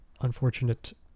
unfortunate